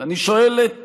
אני שואל את